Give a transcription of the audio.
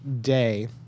day